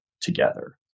together